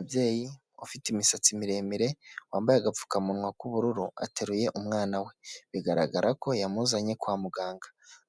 Umubyeyi ufite imisatsi miremire wambaye agapfukamunwa k'ubururu ateruye umwana we, bigaragara ko yamuzanye kwa muganga,